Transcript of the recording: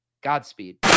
Godspeed